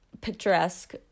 picturesque